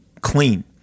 clean